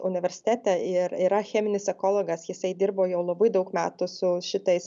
universitete ir yra cheminis ekologas jisai dirbo jau labai daug metų su šitais